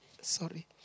sorry